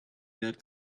that